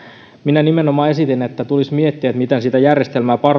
minä nimenomaan esitin että tulisi miettiä miten sitä järjestelmää